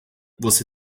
você